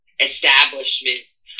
establishments